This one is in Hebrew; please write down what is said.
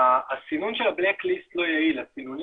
הסינון של הרשימה השחורה לא יעיל .הסינונים